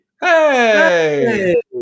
Hey